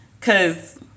Cause